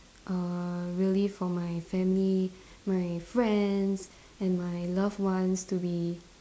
err really for my family my friends and my loved ones to be